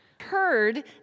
Heard